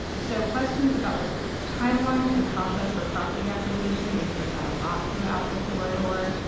so questions about the timeline and process for property acquisition, we for that a lot throughout the corridor,